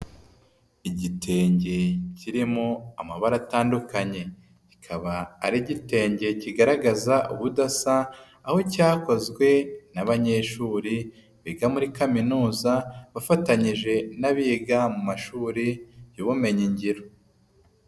Igitenge kirimo amabara atandukanye. Kikaba ari gitenge kigaragaza ubudasa, aho cyakozwe n'abanyeshuri biga muri kaminuza, bafatanyije n'abiga mu mashuri y'ubumenyingiro.